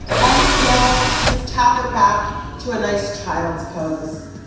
exhale, just tap it back to a nice child's pose.